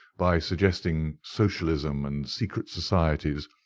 by suggesting socialism and secret societies.